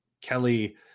Kelly